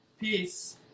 Peace